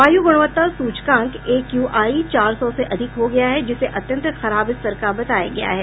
वायु गुणवत्ता सूचकांक ए क्यू आई चार सौ से अधिक हो गया है जिसे अत्यंत खराब स्तर का बताया गया है